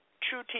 True